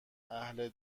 اهل